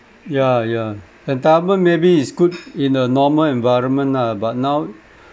yeah yeah endowment maybe it's good in a normal environment lah but now